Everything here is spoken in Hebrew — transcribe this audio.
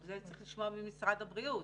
זה צריך לשמוע ממשרד הבריאות.